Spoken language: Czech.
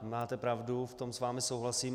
Máte pravdu, v tom s vámi souhlasím.